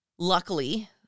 Luckily